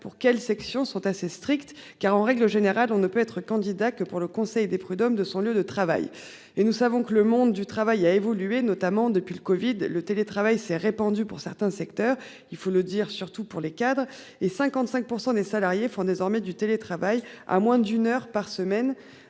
pour quelle section sont assez strictes car, en règle générale, on ne peut être candidat, que pour le conseil des prud'hommes de son lieu de travail et nous savons que le monde du travail a évolué, notamment depuis le Covid, le télétravail s'est répandu pour certains secteurs, il faut le dire, surtout pour les cadres et 55% des salariés font désormais du télétravail à moins d'une heure par semaine